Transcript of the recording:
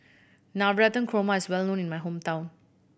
Navratan Korma is well known in my hometown